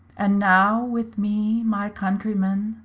and now with me, my countrymen,